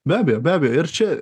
be abejo be abejo ir čia